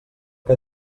que